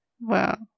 Wow